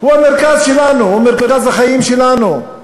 הוא המרכז שלנו, הוא מרכז החיים שלנו.